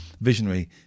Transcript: visionary